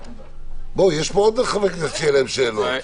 יש פה עוד חברי כנסת שיהיו להם שאלות.